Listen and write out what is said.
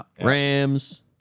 Rams